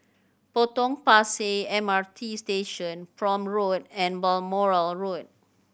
Potong Pasir M R T Station Prome Road and Balmoral Road